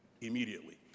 immediately